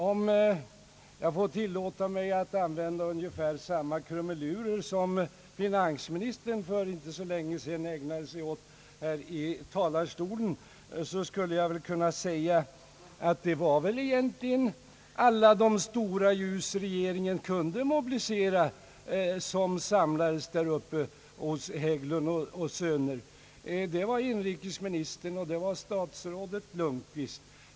Om jag får tillåtelse att använda ungefär samma krumelurer som finansministern för inte så länge sedan ägnade sig åt här i talarstolen, skulle jag vilja säga att det väl egentligen var alla de stora ljus som regeringen kunde mobilisera som samlades i Örnsköldsvik hos Hägglund & söner, Det var inrikesministern och statsrådet Lundkvist.